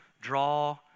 draw